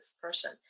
person